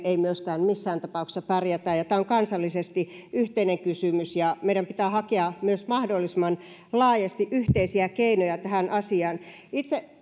emme myöskään missään tapauksessa pärjää tämä on kansallisesti yhteinen kysymys ja meidän pitää hakea myös mahdollisimman laajasti yhteisiä keinoja tähän asiaan itse